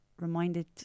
reminded